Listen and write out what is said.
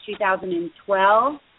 2012